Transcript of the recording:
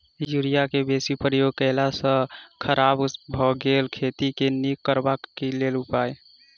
Urea केँ बेसी प्रयोग केला सऽ खराब भऽ गेल खेत केँ नीक करबाक लेल की उपाय?